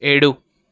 ఏడు